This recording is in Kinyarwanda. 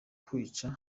kwica